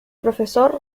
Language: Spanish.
profesor